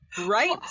Right